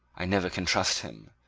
i never can trust him.